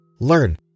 learn